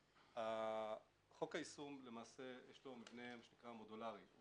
חוק היישום יש לו מבנה מודולרי.